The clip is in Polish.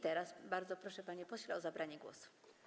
Teraz bardzo proszę pana posła o zabranie głosu.